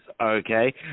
okay